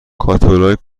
کاتالوگ